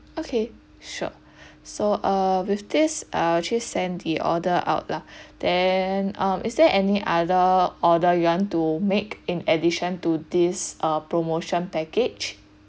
okay sure so uh with this I actually sent the order out lah then um is there any other order you want to make in addition to these err promotion package